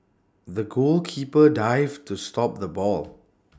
the goalkeeper dived to stop the ball